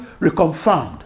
reconfirmed